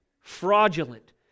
fraudulent